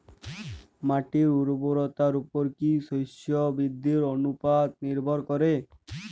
মাটির উর্বরতার উপর কী শস্য বৃদ্ধির অনুপাত নির্ভর করে?